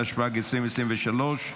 התשפ"ג 2023,